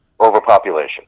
overpopulation